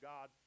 God